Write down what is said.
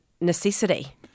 necessity